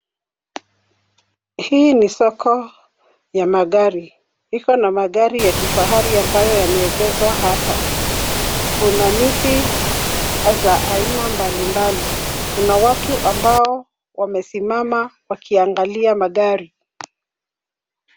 Hii ni soko ya magari. Iko na magari ya kifahari ambayo yameegezwa hapa. Kuna miti za aina mbalimbali. Kuna watu ambao wamesimama wakiangalia magari.